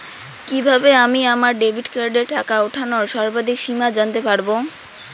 কিভাবে আমি আমার ডেবিট কার্ডের টাকা ওঠানোর সর্বাধিক সীমা জানতে পারব?